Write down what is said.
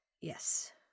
Yes